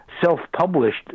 self-published